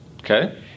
Okay